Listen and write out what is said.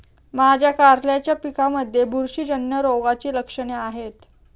माझ्या कारल्याच्या पिकामध्ये बुरशीजन्य रोगाची लक्षणे कोणती आहेत?